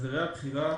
הסדרי הבחירה